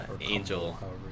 Angel